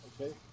Okay